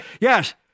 Yes